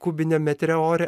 kubiniam metre ore